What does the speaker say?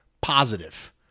positive